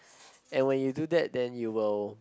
and when you do that you were